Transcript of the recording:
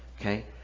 okay